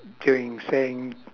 doing things